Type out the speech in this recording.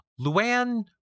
Luann